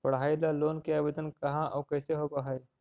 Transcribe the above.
पढाई ल लोन के आवेदन कहा औ कैसे होब है?